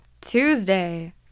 Tuesday